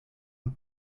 und